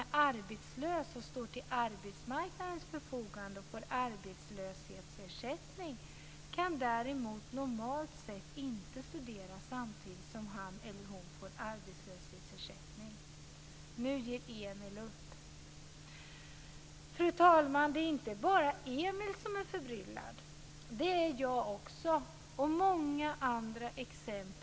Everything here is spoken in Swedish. En arbetslös som står till arbetsmarknadens förfogande och som får arbetslöshetsersättning kan däremot normalt sett inte studera samtidigt som han eller hon får arbetslöshetsersättning. Nu ger Emil upp. Fru talman! Det är inte bara Emil som är förbryllad. Det är också jag. Det finns också många andra exempel.